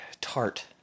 tart